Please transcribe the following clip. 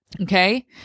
Okay